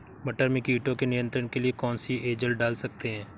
मटर में कीटों के नियंत्रण के लिए कौन सी एजल डाल सकते हैं?